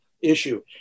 issue